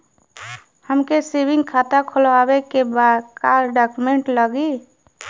हमके सेविंग खाता खोलवावे के बा का डॉक्यूमेंट लागी?